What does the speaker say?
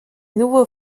nouveau